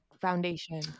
foundation